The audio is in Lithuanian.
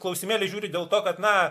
klausimėlį žiūri dėl to kad na